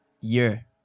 year